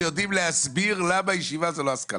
שיודעים להסביר למה ישיבה זה לא השכלה.